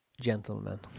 gentlemen